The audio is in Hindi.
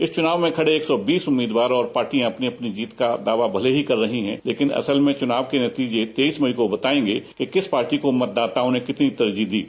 इस चुनाव में खड़े एक सौ बीस उम्मीदवार और पार्टियां अपनी अपनी जीत का दावा भले ही कर रही है लेकिन असल में चुनाव के नतीजे तेइस मई को बतायेंगे कि किस पार्टी को मतदाताओं ने कितनी तरजीह दी है